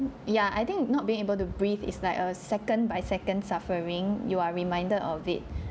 yeah I think not being able to breathe it's like a second by second suffering you are reminded of it